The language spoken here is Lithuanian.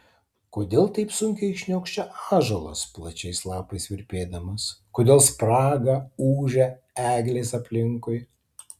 kodėl taip sunkiai šniokščia ąžuolas plačiais lapais virpėdamas kodėl spraga ūžia eglės aplinkui